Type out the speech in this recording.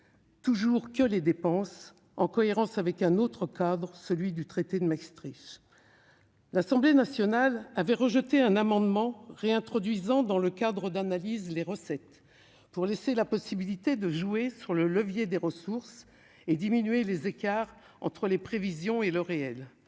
qu'à limiter les dépenses, en cohérence avec un autre cadre : celui du traité de Maastricht. L'Assemblée nationale avait rejeté un amendement visant à réintroduire les recettes dans le cadre d'analyse pour laisser la possibilité « de jouer sur le levier des ressources et diminuer les écarts entre les prévisions et le réel